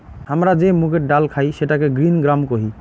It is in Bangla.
হামরা যে মুগের ডাল খাই সেটাকে গ্রিন গ্রাম কোহি